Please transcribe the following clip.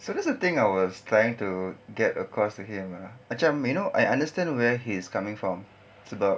so that's the thing I was trying to get across to him ah macam you know I understand where he's coming from sebab